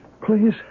please